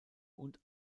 und